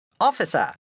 Officer